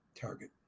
target